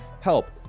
help